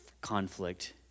conflict